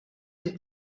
die